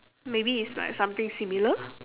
maybe it's like something similar